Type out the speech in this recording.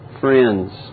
friends